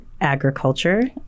agriculture